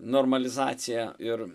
normalizacija ir